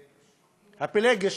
הפילגש.